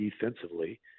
defensively